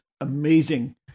amazing